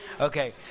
Okay